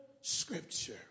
scripture